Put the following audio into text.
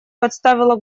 подставила